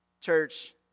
Church